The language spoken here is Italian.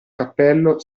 cappello